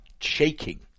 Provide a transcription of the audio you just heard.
shaking